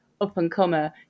up-and-comer